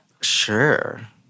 Sure